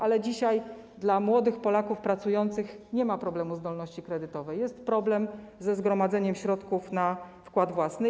Ale dzisiaj dla młodych Polaków pracujących nie ma problemu zdolności kredytowej - jest problem ze zgromadzeniem środków na wkład własny.